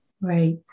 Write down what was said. Right